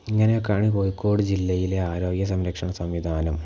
ഇങ്ങനെ ഒക്കെയാണ് കോഴിക്കോട് ജില്ലയിലെ ആരോഗ്യ സംരക്ഷണ സംവിധാനം